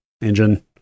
engine